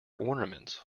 ornaments